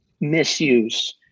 misuse